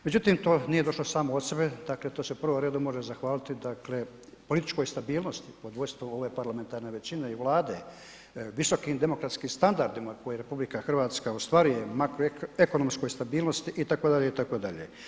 Međutim, to nije došlo samo od sebe, dakle to se u prvom redu može zahvaliti, dakle političkoj stabilnosti pod vodstvom ove parlamentarne većine i Vlade, visokim demokratskim standardima koje RH ostvaruje u makroekonomskoj stabilnosti, itd. itd.